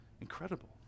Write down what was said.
incredible